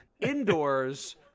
indoors